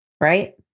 right